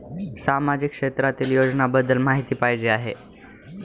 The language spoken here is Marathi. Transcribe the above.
सामाजिक क्षेत्रातील योजनाबद्दल माहिती पाहिजे आहे?